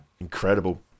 Incredible